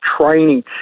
training